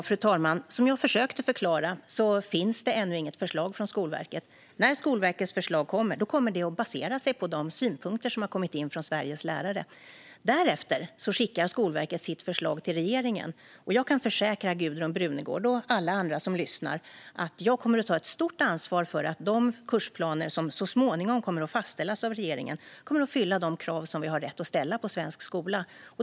Fru talman! Som jag försökte förklara finns det ännu inget förslag från Skolverket. När Skolverkets förslag kommer ska det vara baserat på de synpunkter som har kommit in från Sveriges lärare. Därefter skickar Skolverket sitt förslag till regeringen, och jag kan försäkra Gudrun Brunegård och alla andra som lyssnar att jag kommer att ta ett stort ansvar för att de kursplaner som så småningom kommer att fastställas av regeringen kommer att uppfylla de krav som vi har rätt att ställa på svensk skola.